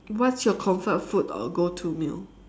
what's your comfort food or go to meal